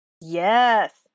yes